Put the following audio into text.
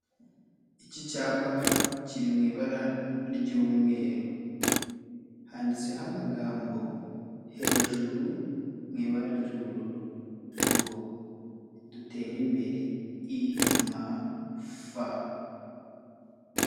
Iki cyapa kiri mu ibara ry'umweru. Handitseho amagambo hejuru mu ibara ry'ubururu. Ngo: "Dutere imbere IMF."